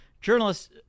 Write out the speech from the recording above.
journalists